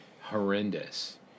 horrendous